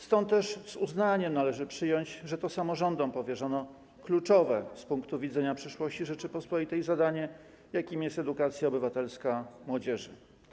Stąd też z uznaniem należy przyjąć, że to samorządom powierzono kluczowe z punktu widzenia przyszłości Rzeczypospolitej zadanie, jakim jest edukacja obywatelska młodzieży.